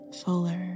fuller